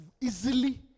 easily